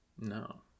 No